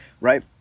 right